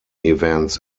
events